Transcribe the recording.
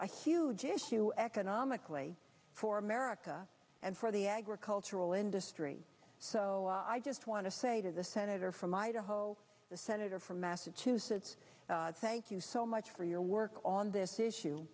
a huge issue economically for america and for the agricultural industry so i just want to say to the senator from idaho the senator from massachusetts thank you so much for your work on this issue